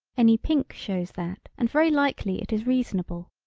any pink shows that and very likely it is reasonable.